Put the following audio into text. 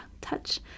touch